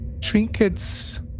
trinkets